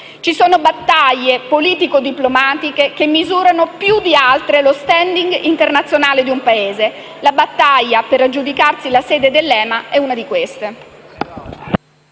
Ci sono battaglie politicodiplomatiche che misurano più di altre lo *standing* internazionale di un Paese e quella per aggiudicarsi la sede dell'EMA è una di queste.